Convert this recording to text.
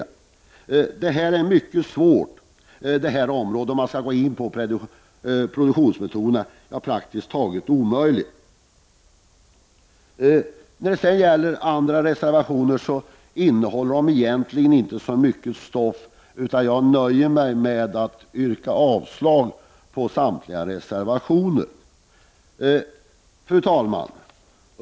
Det är mycket svårt, ja, praktiskt taget omöjligt, att gå in på produktionsmetoderna. Övriga reservationer innehåller inte så mycket stoff, utan jag nöjer mig med att yrka avslag på samtliga reservationer. Fru talman!